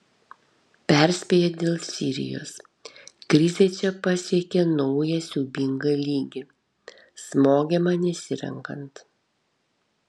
perspėja dėl sirijos krizė čia pasiekė naują siaubingą lygį smogiama nesirenkant